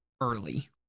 early